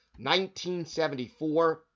1974